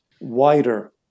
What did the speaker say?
wider